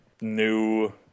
new